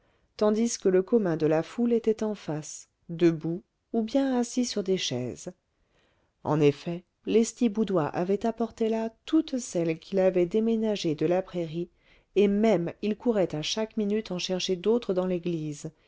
tandis que le commun de la foule était en face debout ou bien assis sur des chaises en effet lestiboudois avait apporté là toutes celles qu'il avait déménagées de la prairie et même il courait à chaque minute en chercher d'autres dans l'église